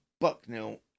Bucknell